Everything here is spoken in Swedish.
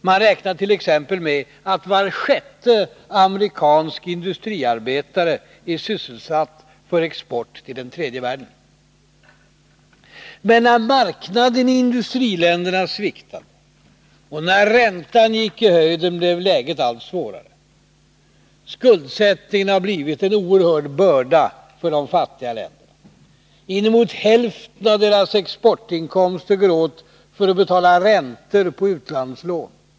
Man räknar t.ex. med att var sjätte amerikansk industriarbetare är sysselsatt för export till den tredje världen. Men när marknaden i industriländerna sviktade och när räntan gick i höjden blev läget allt svårare. Skuldsättningen har blivit en oerhörd börda för de fattiga länderna. Inemot hälften av deras exportinkomster går åt för att betala räntorna på utlandslånen.